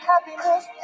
Happiness